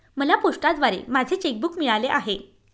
मला पोस्टाद्वारे माझे चेक बूक मिळाले आहे